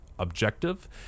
objective